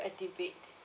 activate